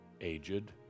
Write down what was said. aged